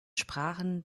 sprachen